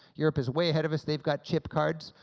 europe is way ahead of us they've got chip cards.